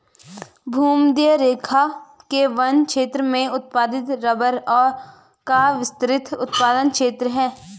भूमध्यरेखा के वन क्षेत्र में उत्पादित रबर का विस्तृत उत्पादन क्षेत्र है